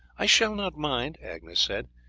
i shall not mind, agnes said.